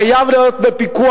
זה חייב להיות בפיקוח,